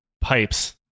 pipes